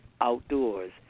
outdoors